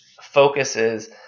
focuses